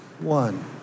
one